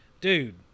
dude